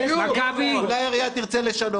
--- אולי העירייה תרצה לשנות?